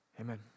amen